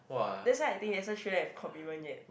that's why I think that's why shouldn't have commitment yet